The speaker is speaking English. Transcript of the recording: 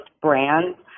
brands